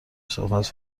صحبت